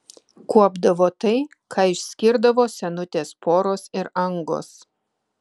kuopdavo tai ką išskirdavo senutės poros ir angos